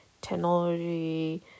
...technology